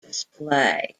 display